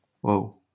Whoa